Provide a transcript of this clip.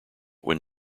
when